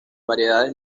variedades